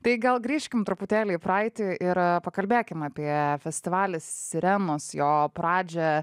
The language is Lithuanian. tai gal grįžkim truputėlį į praeitį ir pakalbėkim apie festivalį sirenos jo pradžią